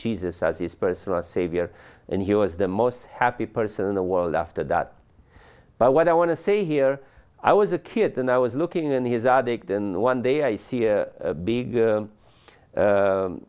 jesus as his personal savior and he was the most happy person in the world after that but what i want to say here i was a kid and i was looking in his addict and one day i see a big